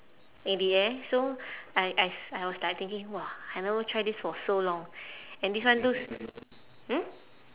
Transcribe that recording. in the air so I as I was like thinking !wah! I never try this for so long and this one looks hmm